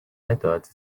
methods